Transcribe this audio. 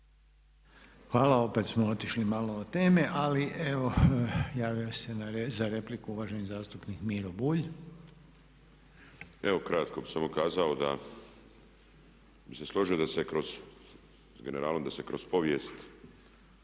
Hvala. Opet smo otišli malo od teme, ali evo javio se za repliku uvaženi zastupnik Miro Bulj. **Bulj, Miro (MOST)** Evo ukratko bih samo kazao da bih se složio da se kroz povijest